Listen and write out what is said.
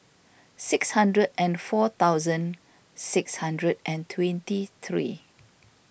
six hundred and four thousand six hundred and twenty three